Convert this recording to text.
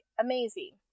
amazing